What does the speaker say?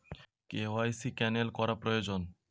KYC cancel করা প্রয়োজন?